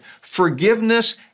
forgiveness